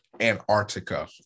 antarctica